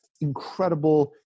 incredible